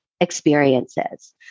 experiences